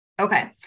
Okay